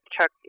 chuck